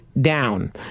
down